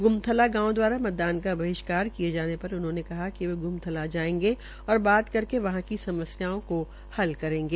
गुमथला गांव दवारा मतदान का बाहिष्कार किये जाने पर उन्होंने कहा कि वे गुमथला जायेंगे और बात करके वहां की समस्याओं को हल करेंगे